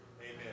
Amen